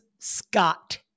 Scott